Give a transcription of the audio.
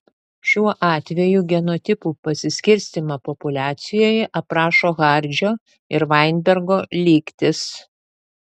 šiuo atveju genotipų pasiskirstymą populiacijoje aprašo hardžio ir vainbergo lygtis